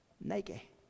Nike